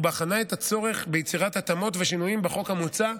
ובחנה את הצורך ביצירת התאמות ושינויים בחוק המוצע,